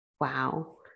wow